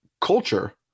Culture